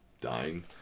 dying